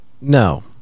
No